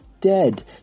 dead